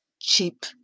cheap